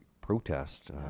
protest